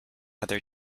other